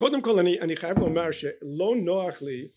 קודם כל אני אני חייב לומר שלא נוח לי